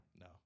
no